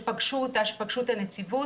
שפגשו את הנציבות.